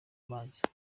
ubanza